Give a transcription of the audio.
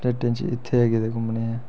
स्टेटें च इत्थें गै गेदे घूमने गी